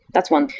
that's one.